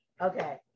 okay